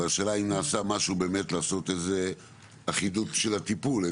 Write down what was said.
אבל השאלה אם נעשה משהו באמת לעשות איזה אחידות של הטיפול.